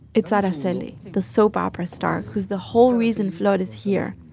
it's araceli, the soap opera star who's the whole reason flor's here.